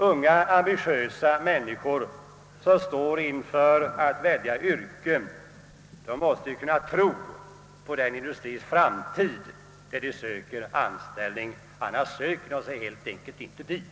Unga ambitiösa människor som står inför valet av yrke måste kunna tro på framtiden hos den industri där de söker anställning, annars söker de sig helt enkelt inte dit.